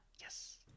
yes